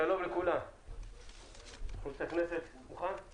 שלום לכולם, אני